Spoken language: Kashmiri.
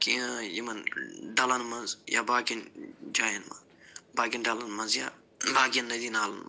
کیٚنٛہہ یِمن ڈَلن منٛز یا باقین جاین باقین ڈلن منٛز یا باقین ندی نالن منٛز